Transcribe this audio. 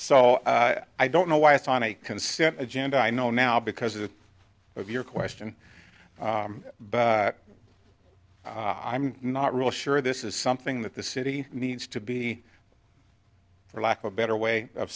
so i don't know why it's on a consent agenda i know now because it's of your question but i'm not real sure this is something that the city needs to be for lack of a better way of